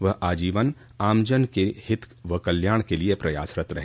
वह आजीवन आमजन के हित व कल्याण के लिए प्रयासरत रहे